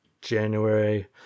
January